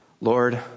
Lord